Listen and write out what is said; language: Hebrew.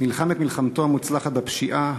נלחם את מלחמתו המוצלחת בפשיעה,